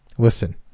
Listen